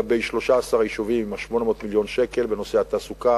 לגבי 13 היישובים עם 800 מיליון השקל בנושא התעסוקה,